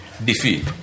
defeat